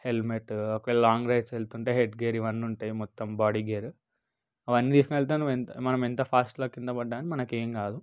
helmet ఒకవేళ long drives వెళ్తుంటే head gear ఇవన్నీ ఉంటాయి మొత్తం బాడీ గేర్ అవన్నీ వేసుకొనెళ్తే నువ్వెంత మనం ఎంత ఫాస్ట్లో కిందపడ్డా కానీ మనకేం కాదు